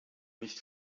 nicht